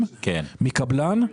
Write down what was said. כשאתה קונה דירה מקבלן.